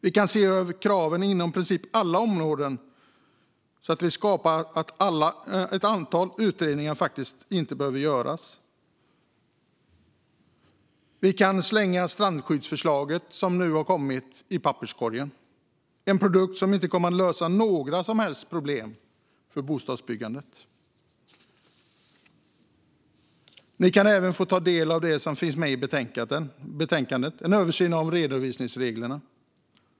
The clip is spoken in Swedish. Vi kan se över kraven inom i princip alla områden så att ett antal utredningar inte behöver göras. Vi kan slänga det strandskyddsförslag som nu kommit i papperskorgen. Det är en produkt som inte kommer att lösa några som helst problem för bostadsbyggandet. Socialdemokraterna kan även ta del av det som finns med i betänkandet - en översyn av redovisningsreglerna.